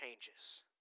changes